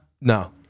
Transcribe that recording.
No